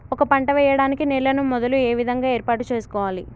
ఒక పంట వెయ్యడానికి నేలను మొదలు ఏ విధంగా ఏర్పాటు చేసుకోవాలి?